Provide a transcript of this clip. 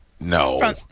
No